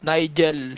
Nigel